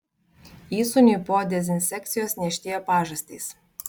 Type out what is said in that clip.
įsūniui po dezinsekcijos niežtėjo pažastys